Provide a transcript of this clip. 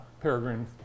Peregrine